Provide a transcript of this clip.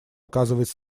оказывать